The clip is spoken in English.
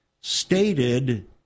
stated